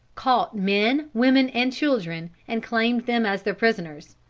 caught men, women and children, and claimed them as their prisoners.